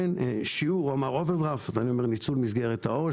הוא אמר: אוברדרפט, אני אומר: ניצול מסגרת העו"ש.